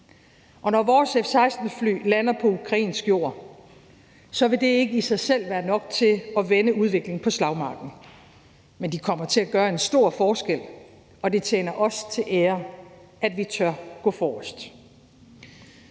Når vores F-16-fly lander på ukrainsk jord, vil det ikke i sig selv være nok til at vende udviklingen på slagmarken, men de kommer til at gøre en stor forskel, og det tjener os til ære, at vi tør gå forrest.